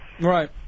Right